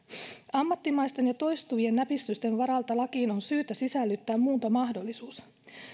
ammattimaisten ja toistuvien näpistysten varalta lakiin on syytä sisällyttää muuntomahdollisuus